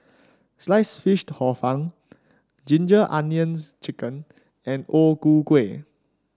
Sliced Fish Hor Fun Ginger Onions chicken and O Ku Kueh